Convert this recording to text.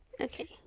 Okay